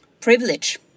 privilege